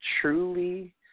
truly